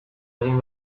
egin